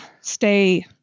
stay